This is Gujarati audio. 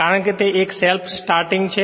કારણ કે તે એક સેલ્ફ્સ્ટર્ટિંગ છે